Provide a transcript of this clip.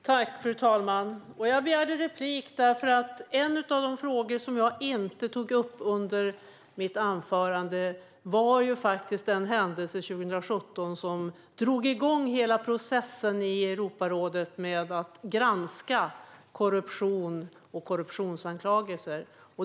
Fru talman! En av de frågor jag inte tog upp under mitt anförande var den händelse 2017 som drog igång hela processen i Europarådet med att granska korruptionsanklagelser.